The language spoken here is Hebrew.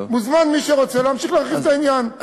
מוזמן מי שרוצה, להמשיך להרחיב את העניין.